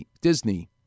Disney